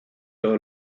todo